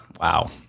Wow